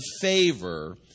favor